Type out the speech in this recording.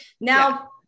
now